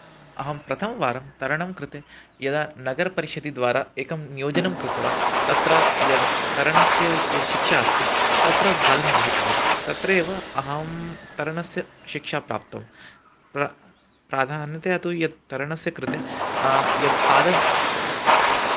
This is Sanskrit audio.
अहं प्रथमवारं तरणं कृते यदा नगरपरिषद्द्वारा एकं नियोजनं कृतवान् तत्र यद् तरणस्य यद् शिक्षा अस्ति तत्र भागं गृहीतवान् तत्रैव अहं तरणस्य शिक्षा प्राप्ता प्रा प्राधान्यतया तु यत् तरणस्य कृते यद् पादः